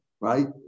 right